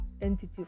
entity